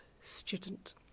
student